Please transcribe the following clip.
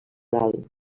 moral